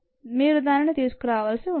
మీరు దానిని తీసుకురావాల్సి ఉంటుంది